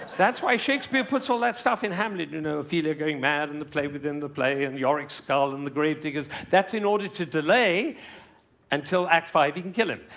that's why shakespeare puts all that stuff in hamlet you know ophelia going mad, and the play within the play, and yorick's skull, and the gravediggers. that's in order to delay until act five, he can kill him.